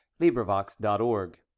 LibriVox.org